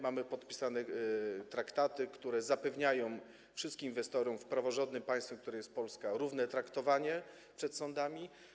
Mamy podpisane traktaty, które zapewniają wszystkim inwestorom w praworządnym państwie, którym jest Polska, równe traktowanie przed sądami.